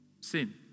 sin